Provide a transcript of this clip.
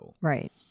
Right